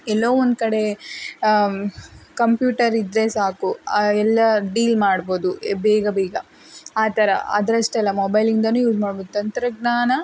ಎಲ್ಲೋ ಒಂದುಕಡೆ ಕಂಪ್ಯೂಟರ್ ಇದ್ದರೆ ಸಾಕು ಎಲ್ಲ ಡೀಲ್ ಮಾಡ್ಬೋದು ಬೇಗ ಬೇಗ ಆ ಥರ ಅದರಷ್ಟೇ ಅಲ್ಲ ಮೊಬೈಲಿಂದಲೂ ಯೂಸ್ ಮಾಡ್ಬೋದು ತಂತ್ರಜ್ಞಾನ